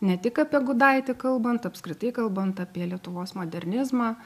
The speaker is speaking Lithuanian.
ne tik apie gudaitį kalbant apskritai kalbant apie lietuvos modernizmą